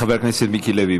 חבר הכנסת מיקי לוי,